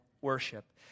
worship